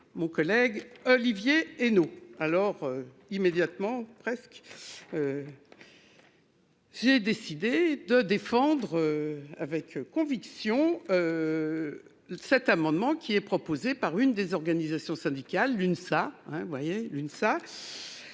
mon collègue Olivier Henno alors immédiatement presque. J'ai décidé de défendre. Avec conviction. Cet amendement qui est proposée par une des organisations syndicales, l'UNSA. Hein, vous voyez une